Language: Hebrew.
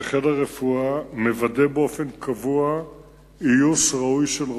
וחיל הרפואה מוודא באופן קבוע איוש ראוי של רופאים.